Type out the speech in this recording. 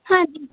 ਹਾਂਜੀ